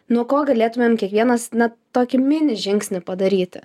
nuo ko galėtumėm kiekvienas na tokį mini žingsnį padaryti